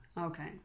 okay